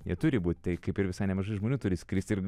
jie turi būti kaip ir visai nemažai žmonių turi skristi ir